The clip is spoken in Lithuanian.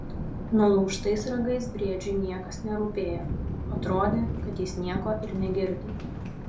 nulaužtais ragais briedžiui niekas nerūpėjo atrodė kad jis nieko ir negirdi